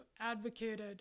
advocated